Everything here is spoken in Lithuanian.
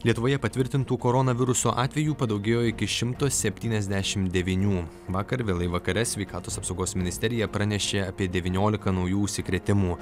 lietuvoje patvirtintų koronaviruso atvejų padaugėjo iki šimto septyniasdešimt devynių vakar vėlai vakare sveikatos apsaugos ministerija pranešė apie devyniolika naujų užsikrėtimų